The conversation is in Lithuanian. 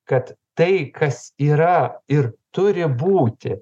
kad tai kas yra ir turi būti